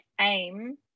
aim